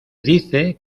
dice